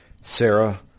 Sarah